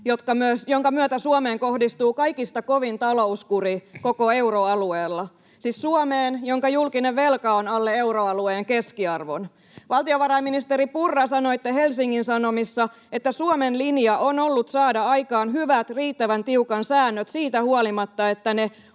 joiden myötä Suomeen kohdistuu kaikista kovin talouskuri koko euroalueella, siis Suomeen, jonka julkinen velka on alle euroalueen keskiarvon. Valtiovarainministeri Purra, sanoitte Helsingin Sanomissa, että Suomen linja on ollut saada aikaan hyvät, riittävän tiukat säännöt siitä huolimatta, että ne